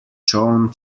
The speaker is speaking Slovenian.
čoln